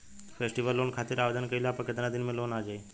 Festival loan खातिर आवेदन कईला पर केतना दिन मे लोन आ जाई?